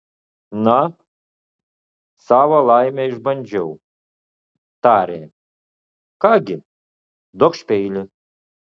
na savo laimę išbandžiau tarė ką gi duokš peilį